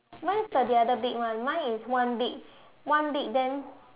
mine is the the other big one mine is one big one big then